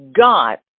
God